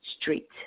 Street